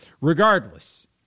Regardless